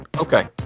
Okay